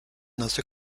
nasse